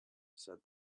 said